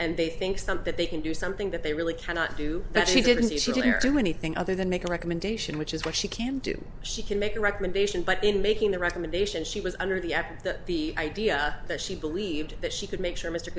and they think something they can do something that they really cannot do that she didn't she didn't do anything other than make a recommendation which is what she can do she can make a recommendation but in making the recommendations she was under the at the idea that she believed that she could make sure mr